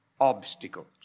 obstacles